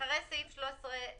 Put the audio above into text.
אחרי סעיף 13,